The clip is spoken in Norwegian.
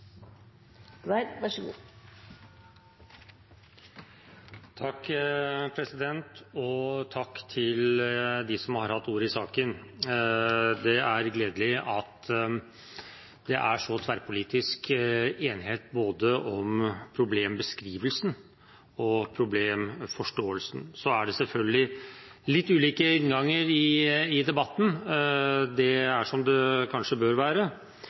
det er så stor tverrpolitisk enighet om både problembeskrivelsen og problemforståelsen. Så er det selvfølgelig litt ulike innganger i debatten, det er som det kanskje bør